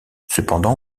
cependant